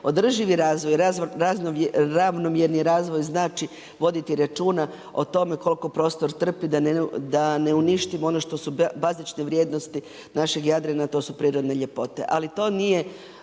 održivi razvoj, ravnomjerni razvoj znači voditi računa o tome koliko prostor trpi da ne uništimo što su bazične vrijednosti našeg Jadrana, a to su prirodne ljepote.